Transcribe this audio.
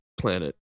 planet